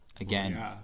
again